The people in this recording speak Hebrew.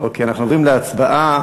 אנחנו עוברים להצבעה.